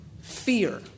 fear